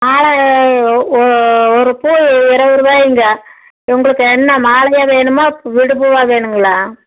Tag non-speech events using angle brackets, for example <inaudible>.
<unintelligible> ஒரு பூ இருபது ருபாய்ங்க உங்களுக்கு என்ன மாலையாக வேணுமா விடுபூவாக வேணும்ங்களா